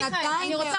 מיכאל,